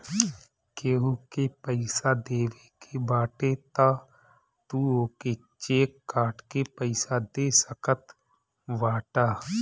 केहू के पईसा देवे के बाटे तअ तू ओके चेक काट के पइया दे सकत बाटअ